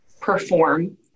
perform